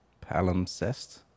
Palimpsest